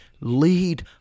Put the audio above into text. Lead